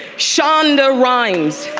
shonda rhimes.